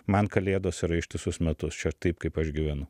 man kalėdos yra ištisus metus čia taip kaip aš gyvenu